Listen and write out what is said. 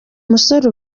musore